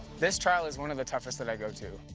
this trial is one of the toughest that i go to.